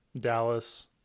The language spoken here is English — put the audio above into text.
Dallas